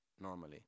normally